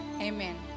Amen